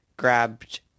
grabbed